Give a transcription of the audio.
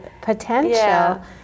potential